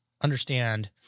understand